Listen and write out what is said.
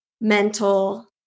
mental